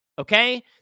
Okay